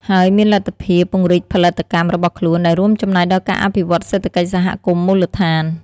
ហើយមានលទ្ធភាព ពង្រីកផលិតកម្ម របស់ខ្លួន ដែលរួមចំណែកដល់ការអភិវឌ្ឍន៍សេដ្ឋកិច្ចសហគមន៍មូលដ្ឋាន។